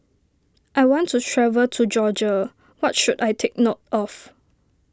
I want to travel to Georgia What should I take note of